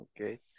Okay